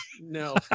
No